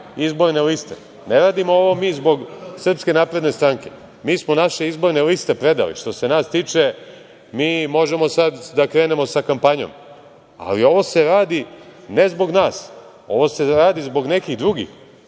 izborne liste. Ne radimo ovo mi zbog SNS, mi smo naše izborne liste predali. Što se nas tiče, mi možemo sad da krenemo sa kampanjom, ali ovo se radi ne zbog nas, ovo se radi zbog nekih drugih.